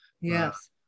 Yes